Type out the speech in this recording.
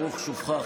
ברוך שובך.